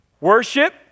worship